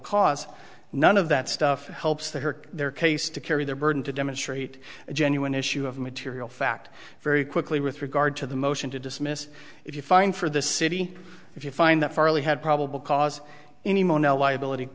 cause none of that stuff helps the hurt their case to carry their burden to demonstrate a genuine issue of material fact very quickly with regard to the motion to dismiss if you find for the city if you find that farley had probable cause anymore no liability